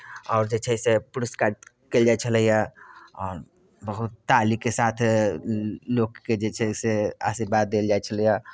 आओर जे छै से पुरस्कृत कयल जाइ छलैए आओर बहुत तालीके साथ लोकके जे छै से आशीर्वाद देल जाइ छलैए